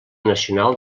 nacional